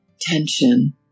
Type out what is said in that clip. tension